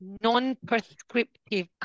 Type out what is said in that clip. Non-prescriptive